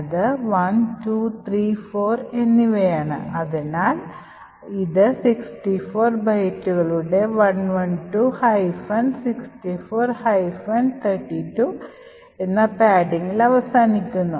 അത് 1 2 3 4 എന്നിവയാണ് അതിനാൽ ഇത് 64 ബൈറ്റുകളുടെ 112 64 32 എന്ന പാഡിംഗിൽ അവസാനിക്കുന്നു